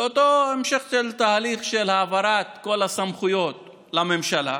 זה אותו המשך של תהליך העברת כל הסמכויות לממשלה,